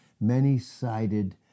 many-sided